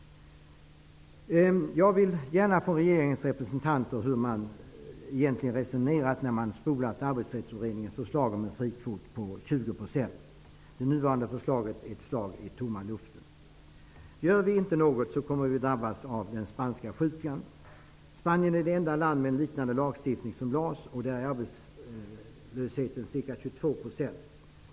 Jag vill gärna höra av regeringens representanter hur man egentligen resonerat när man ''spolat'' 20 %. Det nuvarande förslaget är ett slag i tomma luften. Gör vi inte något kommer vi att drabbas av den spanska sjukan. Spanien är det enda land med en liknande lagstiftning som LAS, och där är arbetslösheten ca 22 %.